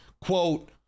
quote